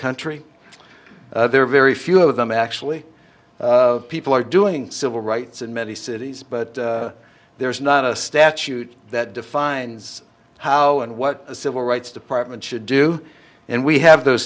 country there are very few of them actually people are doing civil rights in many cities but there's not a statute that defines how and what the civil rights department should do and we have those